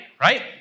Right